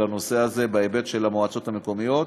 על הנושא הזה בהיבט של המועצות המקומיות,